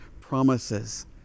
promises